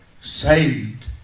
saved